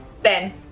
Ben